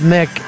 Mick